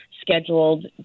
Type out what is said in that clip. scheduled